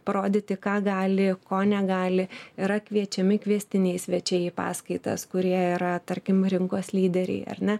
parodyti ką gali ko negali yra kviečiami kviestiniai svečiai į paskaitas kurie yra tarkim rinkos lyderiai ar ne